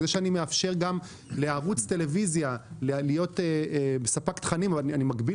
זה שאני מאפשר גם לערוץ טלוויזיה להיות ספק תכנים ואני מגביל